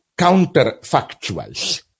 counterfactuals